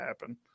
happen